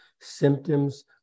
symptoms